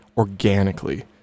organically